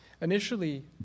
initially